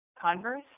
Converse